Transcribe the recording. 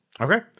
Okay